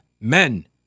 men